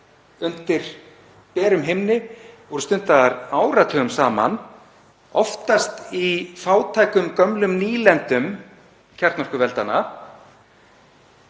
undir berum himni voru stundaðar áratugum saman, oftast í fátækum gömlum nýlendum kjarnorkuveldanna,